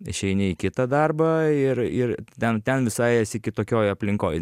išeini į kitą darbą ir ir ten ten visai esi kitokioj aplinkoj